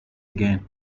again